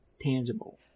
tangible